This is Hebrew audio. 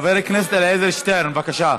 חבר הכנסת אלעזר שטרן, בבקשה.